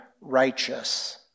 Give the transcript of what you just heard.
righteous